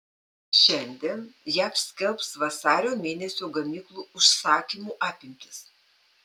šiandien jav skelbs vasario mėnesio gamyklų užsakymų apimtis